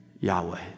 Yahweh